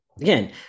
again